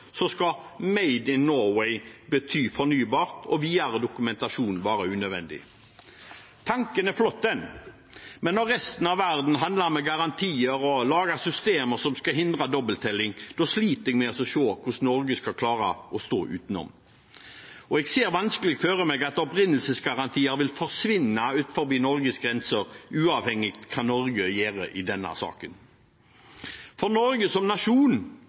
skal «Made in Norway» bety fornybar og videre dokumentasjon være unødvendig. Tanken er flott, den. Men når resten av verden handler med garantier og lager systemer som skal hindre dobbelttelling, sliter jeg med å se hvordan Norge skal klare å stå utenom. Jeg ser vanskelig for meg at opprinnelsesgarantier vil forsvinne utenfor Norges grenser, uavhengig av hva Norge gjør i denne saken. Norge som nasjon